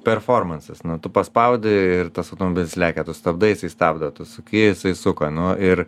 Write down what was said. performansas nu tu paspaudi ir tas automobilis lekia tu stabdai jisai stabdo tu suki jisai suka nu ir